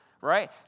Right